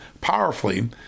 powerfully